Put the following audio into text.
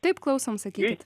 taip klausom sakykit